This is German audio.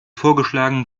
vorgeschlagenen